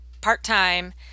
part-time